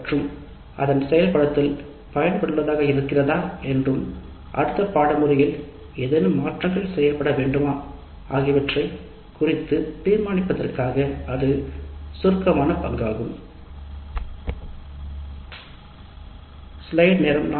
கட்டம் வடிவமைப்பு வழங்கல் மற்றும் அதன் செயல்படுத்தல் பகுதியில் மற்றும் ஏதேனும் மாற்றங்கள் இருக்க வேண்டுமா என அறிவது மிகவும் அவசியம்